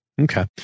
Okay